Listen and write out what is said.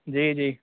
जी जी